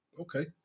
Okay